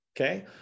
Okay